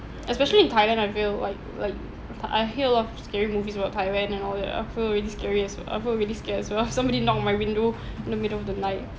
especially in thailand I feel like like I hear a lot of scary movies about thailand and all that I feel really scary as we~ I feel really scared as well if somebody knock my window in the middle of the night